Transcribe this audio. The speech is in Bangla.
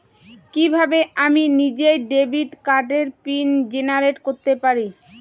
কিভাবে আমি নিজেই ডেবিট কার্ডের পিন জেনারেট করতে পারি?